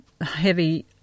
heavy